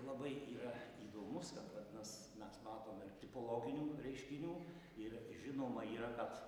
labai yra įdomus kad vat mes mes matom ir tipologinių reiškinių ir žinoma yra kad